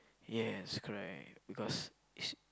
yes correct because is